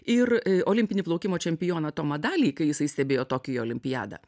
ir olimpinį plaukimo čempioną tomą dalį kai jisai stebėjo tokijo olimpiadą